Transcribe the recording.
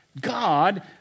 God